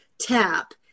tap